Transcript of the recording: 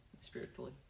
spiritually